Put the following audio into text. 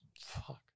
Fuck